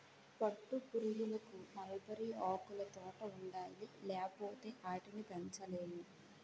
పట్టుపురుగులకు మల్బరీ ఆకులుతోట ఉండాలి లేపోతే ఆటిని పెంచలేము